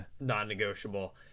non-negotiable